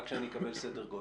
רק שאני אקבל סדר גודל.